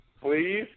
Please